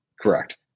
Correct